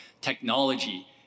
technology